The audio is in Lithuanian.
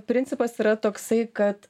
principas yra toksai kad